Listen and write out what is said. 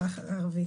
הערבית.